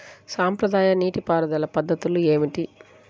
సాంప్రదాయ నీటి పారుదల పద్ధతులు ఏమిటి?